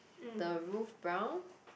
the roof brown